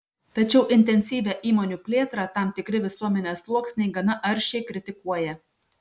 tačiau intensyvią įmonių plėtrą tam tikri visuomenės sluoksniai gana aršiai kritikuoja